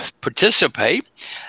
participate